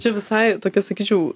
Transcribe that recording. čia visai tokia sakyčiau